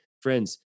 Friends